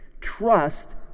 Trust